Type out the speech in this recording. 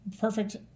Perfect